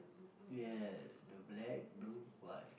ya the black blue white